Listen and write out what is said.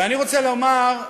ואני רוצה לומר,